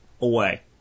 away